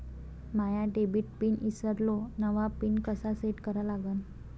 माया debit pin ईसरलो, नवा pin कसा सेट करा लागन?